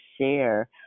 share